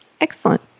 excellent